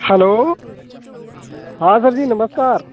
hello हाँ sir ji नमस्कार